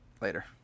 later